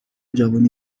جوانی